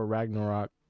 Ragnarok